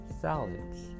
salads